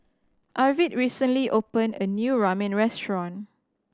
Arvid recently opened a new Ramen Restaurant